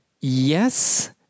yes